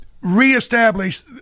reestablish